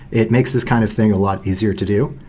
it makes this kind of thing a lot easier to do.